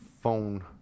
phone